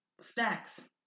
snacks